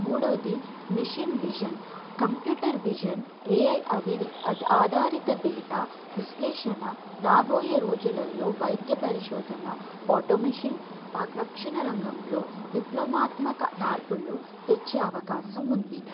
మూడోది machine vision computer vision AI అదిరి ఆధారిత డేటా విశ్లేషణ రాబోయే రోజులల్లో వైద్య పరిశోధన ఆటోమేషన్ రక్షణ రంగంలో విప్లమాత్మక మార్పులు తెచ్చే అవకాశం ఉంది